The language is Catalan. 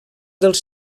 dels